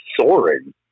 soaring